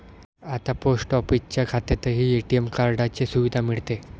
आता पोस्ट ऑफिसच्या खात्यातही ए.टी.एम कार्डाची सुविधा मिळते